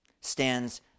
stands